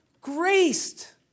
graced